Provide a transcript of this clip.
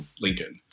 lincoln